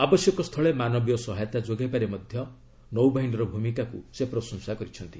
ଆବଶ୍ୟକସ୍ଥଳେ ମାନବୀୟ ସହାୟତା ଯୋଗାଇବାରେ ମଧ୍ୟ ନୌବାହିନୀର ଭୂମିକାକୁ ସେ ପ୍ରଶଂସା କରିଚ୍ଛନ୍ତି